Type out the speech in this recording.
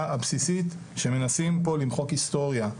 הבסיסית שמנסים פה למחוק היסטוריה.